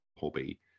hobby